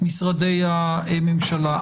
משרדי הממשלה.